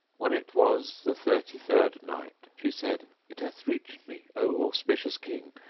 when it was the thirty-third night, she said, it hath reached me, o auspicious king,